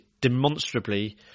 demonstrably